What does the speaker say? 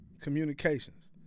Communications